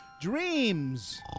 Dreams